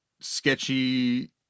sketchy